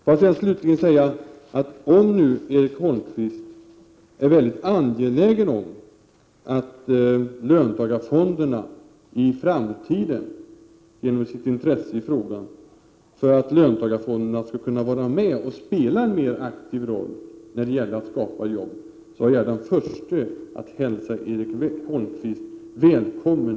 Slutligen vill jag säga att om Erik Holmkvist, med sitt intresse i denna fråga, är angelägen om att löntagarfonderna i framtiden skall spela en aktiv roll när det gäller att skapa jobb, är jag den första att hälsa Erik Holmkvist välkommen.